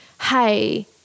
hey